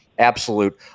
absolute